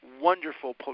wonderful